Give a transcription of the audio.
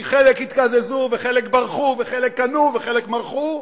כי חלק התקזזו וחלק ברחו וחלק קנו וחלק מרחו,